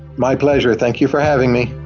my pleasure. thank you for having me